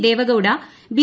Deve Gowda B